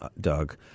Doug